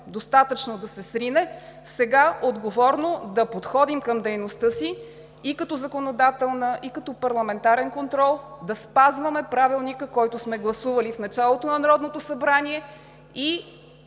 достатъчно да се срине, сега отговорно да подходим към дейността си и като законодателна, и като парламентарен контрол, да спазваме Правилника, който сме гласували в началото на Народното събрание, и